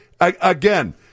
Again